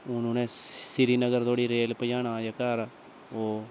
हून उ'नें श्नरीगर धोडी रेल पजाना जेह्का तां ओह्